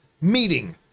meeting